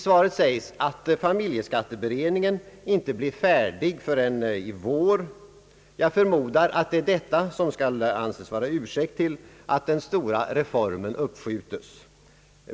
Där sägs att familjeskatteberedningen inte blir färdig förrän i vår. Jag förmodar att det är detta som skall anses vara ursäkt för att den stora reformen uppskjutes.